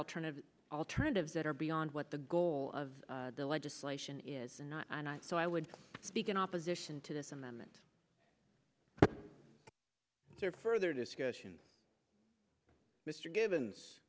alternative alternatives that are beyond what the goal of the legislation is and not so i would speak in opposition to this amendment further discussion mr givens